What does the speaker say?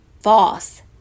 False